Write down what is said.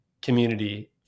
community